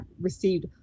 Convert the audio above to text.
received